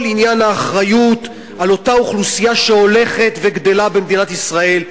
עניין האחריות לאותה אוכלוסייה שהולכת וגדלה במדינת ישראל,